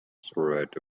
threat